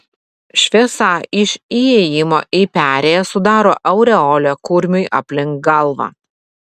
šviesa iš įėjimo į perėją sudaro aureolę kurmiui aplink galvą